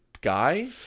guy